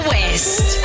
West